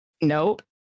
Nope